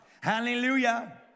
Hallelujah